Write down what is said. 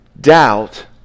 doubt